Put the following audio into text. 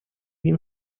він